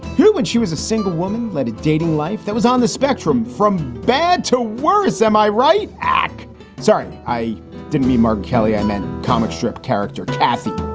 who, when she was a single woman, led a dating life that was on the spectrum from bad to worse. am i right? sorry, i didn't mean mark kelly. i meant comic strip character. yeah so